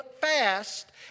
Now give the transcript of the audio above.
fast